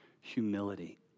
humility